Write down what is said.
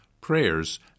prayers